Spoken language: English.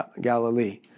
Galilee